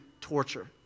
torture